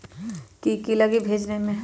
की की लगी भेजने में?